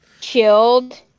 chilled